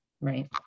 Right